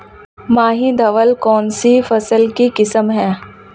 माही धवल कौनसी फसल की किस्म है?